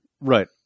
Right